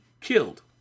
killed